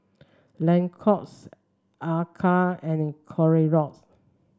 Lacoste Acura and Clorox